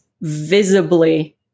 visibly